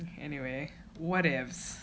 anyway whateffs